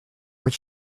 what